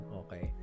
okay